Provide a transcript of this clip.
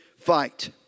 fight